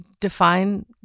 define